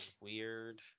Weird